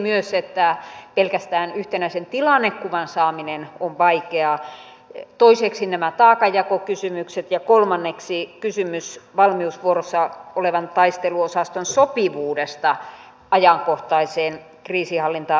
myös se että pelkästään yhtenäisen tilannekuvan saaminen on vaikeaa toiseksi nämä taakanjakokysymykset ja kolmanneksi kysymys valmiusvuorossa olevan taisteluosaston sopivuudesta ajankohtaiseen kriisinhallintatehtävään